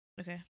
Okay